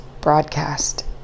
broadcast